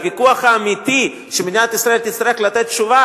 הוויכוח האמיתי שמדינת ישראל תצטרך לתת בו תשובה,